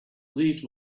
these